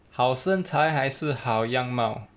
好身材还是好样貌